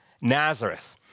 Nazareth